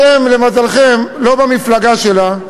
אתם למזלכם לא במפלגה שלה,